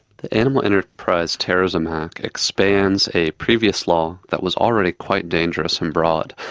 the animal enterprise terrorism act expands a previous law that was already quite dangerous and broad,